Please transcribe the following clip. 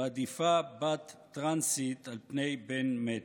ועדיפה בת טרנסית על פני בן מת.